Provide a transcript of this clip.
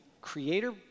creator